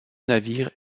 navires